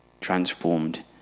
transformed